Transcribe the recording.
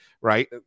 right